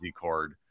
card